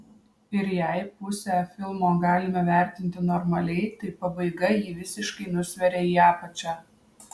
ir jei pusę filmo galime vertinti normaliai tai pabaiga jį visiškai nusveria į apačią